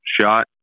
shot